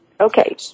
Okay